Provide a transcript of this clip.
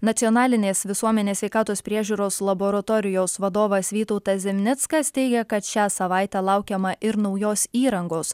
nacionalinės visuomenės sveikatos priežiūros laboratorijos vadovas vytautas zimnickas teigia kad šią savaitę laukiama ir naujos įrangos